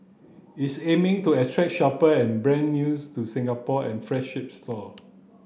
it's aiming to attract shopper and brand news to Singapore and flagship store